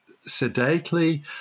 sedately